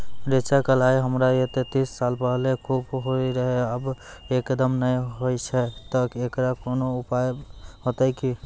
रेचा, कलाय हमरा येते तीस साल पहले खूब होय रहें, अब एकदम नैय होय छैय तऽ एकरऽ कोनो उपाय हेते कि?